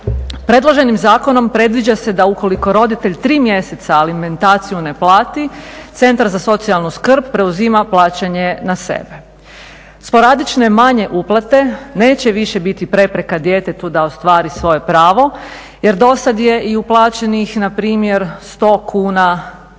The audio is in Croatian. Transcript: Predloženim zakonom predviđa se da ukoliko roditelj 3 mjeseca alimentaciju ne plati, centar za socijalnu skrb preuzima plaćanje na sebe. Sporadično i manje uplate neće više biti prepreka djetetu da ostvari svoje pravo jer dosad je i uplaćenih npr. 100 kuna to